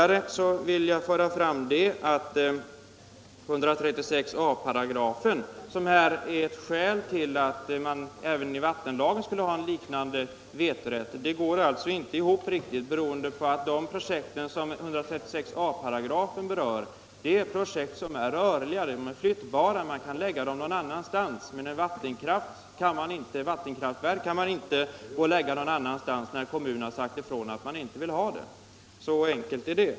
Resonemanget om 136 a § i byggnadslagen som ett skäl till att införa en liknande vetorätt i vattenlagen går inte ihop riktigt, beroende på att de projekt som 136 a § berör är flyttbara. Ett vattenkraftverk kan man däremot inte lägga någon annanstans, när en kommun har sagt ifrån att den inte vill veta av någon utbyggnad. Så enkelt är det.